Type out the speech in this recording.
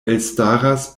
elstaras